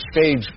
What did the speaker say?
stage